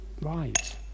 right